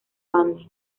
banda